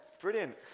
brilliant